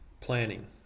Planning